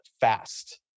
fast